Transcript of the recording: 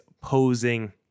posing